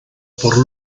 por